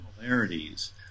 similarities